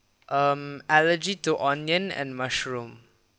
um allergy to onion and mushroom